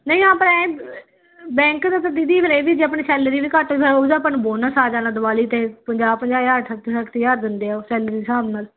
ਨਹੀਂ ਆਪ ਐਂ ਬੈਂਕ ਦਾ ਤਾਂ ਦੀਦੀ ਫਿਰ ਇਹ ਵੀ ਜੇ ਆਪਣੀ ਸੈਲਰੀ ਵੀ ਘੱਟ ਹੋਈ ਫਿਰ ਉਹਦਾ ਆਪਾਂ ਨੂੰ ਬੋਨਸ ਆ ਜਾਣਾ ਦਿਵਾਲੀ 'ਤੇ ਪੰਜਾਹ ਪੰਜਾਹ ਹਜ਼ਾਰ ਸੱਠ ਸੱਠ ਹਜ਼ਾਰ ਦਿੰਦੇ ਆ ਉਹ ਸੈਲਰੀ ਹਿਸਾਬ ਨਾਲ